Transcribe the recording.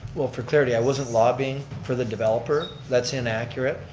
well for clarity, i wasn't lobbying for the developer. that's inaccurate.